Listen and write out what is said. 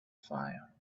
fire